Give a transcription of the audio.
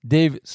Dave